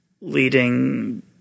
leading